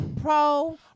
pro